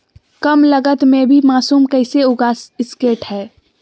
कम लगत मे भी मासूम कैसे उगा स्केट है?